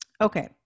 Okay